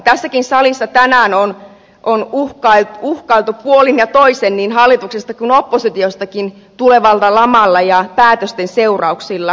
tässäkin salissa tänään on uhkailtu puolin ja toisin niin hallituksesta kuin oppositiostakin tulevalla lamalla ja päätösten seurauksilla